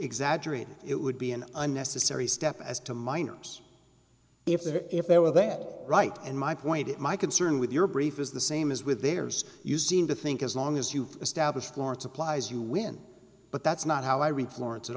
exaggerated it would be an unnecessary step as to minors if that if there were they had right and my point is my concern with your brief is the same as with theirs you seem to think as long as you've established lawrence applies you win but that's not how i read florence at